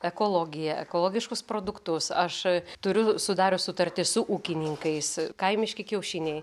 ekologiją ekologiškus produktus aš turiu sudarius sutartį su ūkininkais kaimiški kiaušiniai